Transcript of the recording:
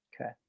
Okay